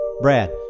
Brad